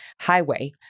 highway